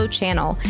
channel